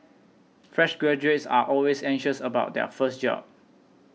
fresh graduates are always anxious about their first job